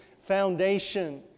foundation